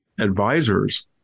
advisors